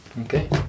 okay